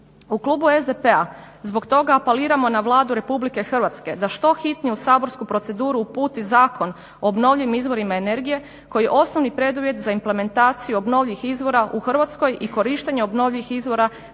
U klubu SDP-a zbog toga apeliramo na Vladu RH da što hitnije u saborsku proceduru uputi Zakon o obnovljivim izvorima energije koji je osnovni uvjet za implementaciju obnovljivih izvora u Hrvatskoj i korištenja obnovljivih izvora